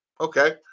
okay